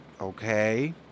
okay